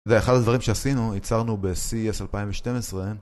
ואחד הדברים שעשינו, ייצרנו ב-CES 2012